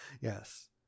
Yes